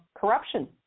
corruption